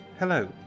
Hello